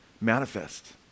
Manifest